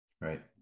Right